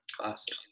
classic